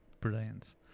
Brilliant